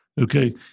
okay